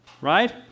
right